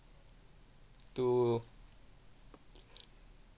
to